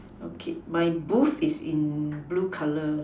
my booth is in blue colour